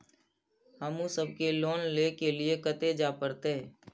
हमू सब के लोन ले के लीऐ कते जा परतें?